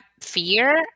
fear